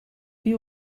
wie